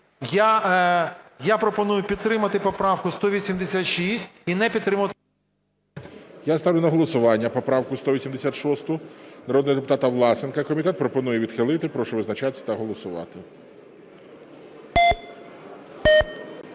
я пропоную підтримати поправку 186 і не підтримувати…. ГОЛОВУЮЧИЙ. Я ставлю на голосування поправку 186 народного депутата Власенка. Комітет пропонує відхилити. Прошу визначатися та голосувати.